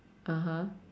(uh huh)